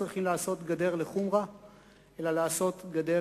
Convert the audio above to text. צריכים לעשות גדר לחומרא אלא לעשות גדר